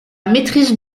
maîtrise